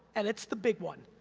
and it's the big one,